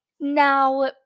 Now